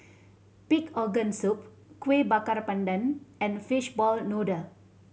pig organ soup Kuih Bakar Pandan and fishball noodle